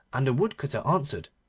and the woodcutter answered,